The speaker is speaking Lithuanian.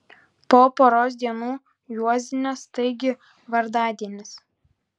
po poros dienų juozinės taigi vardadienis